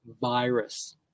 virus